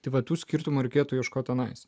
privatus skirtumo reikėtų ieškoti anais